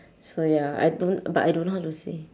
so ya I don't but I don't know how to say